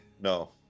No